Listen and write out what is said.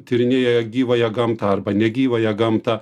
tyrinėja gyvąją gamtą arba negyvąją gamtą